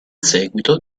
seguito